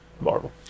Marvel